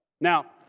Now